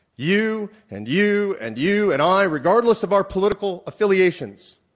you and you and you and i, regardless of our political affiliations,